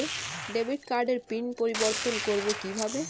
Debit কার্ডের pin পরিবর্তন করবো কীভাবে?